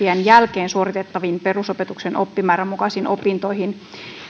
jälkeen suoritettaviin perusopetuksen oppimäärän mukaisiin opintoihin